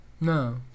No